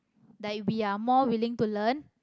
like we are more willing to learn